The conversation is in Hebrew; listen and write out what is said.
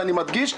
אני מדגיש,